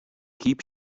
keep